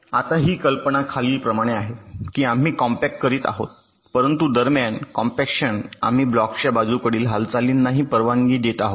आता ही कल्पना खालीलप्रमाणे आहे की आम्ही कॉम्पॅक्ट करीत आहोत परंतु दरम्यान कॉम्पॅक्शन आम्ही ब्लॉक्सच्या बाजूकडील हालचालींनाही परवानगी देत आहोत